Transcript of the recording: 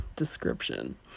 description